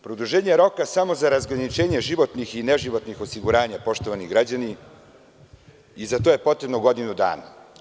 Produženje roka samo za razgraničenje životnih i neživotnih osiguranja, poštovani građani, i za to je potrebno godinu dana?